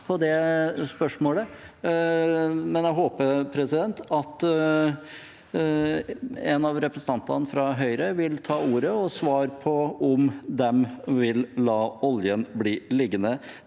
Jeg håper at en av representantene fra Høyre vil ta ordet og svare på om de vil la oljen bli liggende